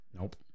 Nope